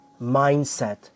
Mindset